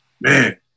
man